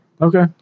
Okay